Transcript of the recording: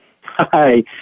Hi